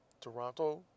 Toronto